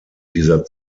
dieser